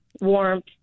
warmth